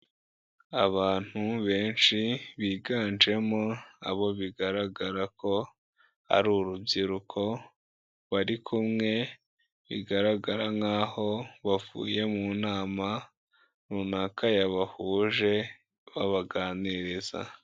Abantu benshi biganjemo abo bigaragara ko ari urubyiruko, bari kumwe bigaragara nk'aho bavuye mu nama runaka yabahuje babaganiriza.